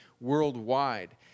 worldwide